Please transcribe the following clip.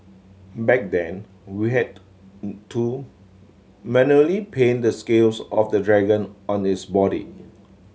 back then we had to manually paint the scales of the dragon on its body